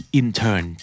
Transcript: intern